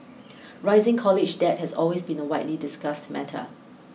rising college debt has always been a widely discussed matter